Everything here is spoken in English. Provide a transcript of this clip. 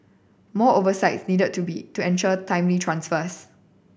more oversight needed to be to ensure timely transfers